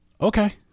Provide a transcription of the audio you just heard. Okay